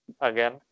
again